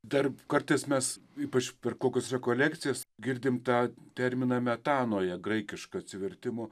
dar kartais mes ypač per kokius rekolekcijas girdim tą terminą metanoje graikišką atsivertimo